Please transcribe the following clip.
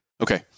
Okay